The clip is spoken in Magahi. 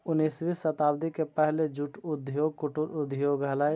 उन्नीसवीं शताब्दी के पहले जूट उद्योग कुटीर उद्योग हलइ